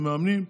למאמנים,